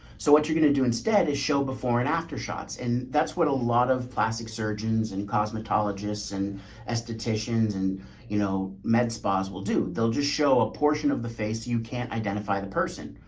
so what you're going to do instead is show before and after shots and that's what a lot of plastic surgeons and cosmetologists and as dieticians and you know med spas will do, they'll just show a portion of the face. you can't identify the person,